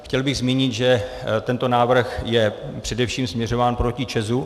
Chtěl bych zmínit, že tento návrh je především směřován proti ČEZu.